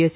S